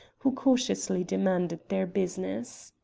who cautiously demanded their business.